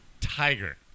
Tiger